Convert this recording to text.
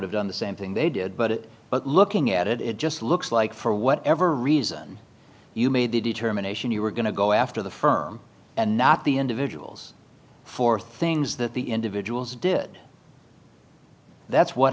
have done the same thing they did but it but looking at it it just looks like for whatever reason you made the determination you were going to go after the firm and not the individuals for things that the individuals did that's what